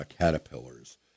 caterpillars